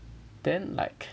then like